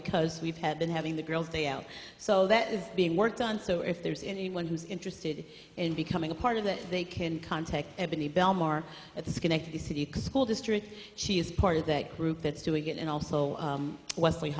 because we've had been having the girl's day out so that is being worked on so if there's anyone who's interested in becoming a part of this they can contact ebony bellmawr at schenectady city school district she is part of that group that's doing it and also wesley